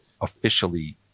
officially